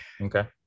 okay